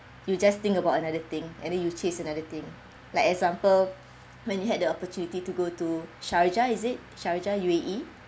you just think about another thing and then you chase another thing like example when you had the opportunity to go to sharjah is it sharjah U_A_E